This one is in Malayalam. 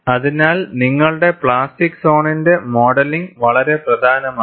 അതിനാൽ നിങ്ങളുടെ പ്ലാസ്റ്റിക് സോണിന്റെ മോഡലിംഗ് വളരെ പ്രധാനമാണ്